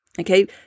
Okay